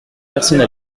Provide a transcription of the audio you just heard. personne